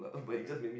okay